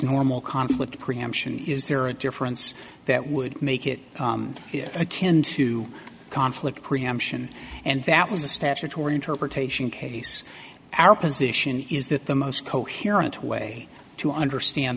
normal conflict preemption is there a difference that would make it akin to conflict preemption and that was the statutory interpretation case our position is that the most coherent way to understand